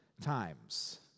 times